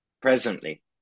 presently